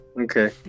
Okay